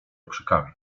okrzykami